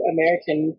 American